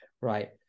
right